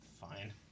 Fine